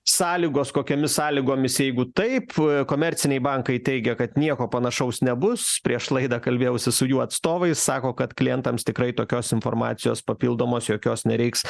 sąlygos kokiomis sąlygomis jeigu taip komerciniai bankai teigia kad nieko panašaus nebus prieš laidą kalbėjausi su jų atstovais sako kad klientams tikrai tokios informacijos papildomos jokios nereiks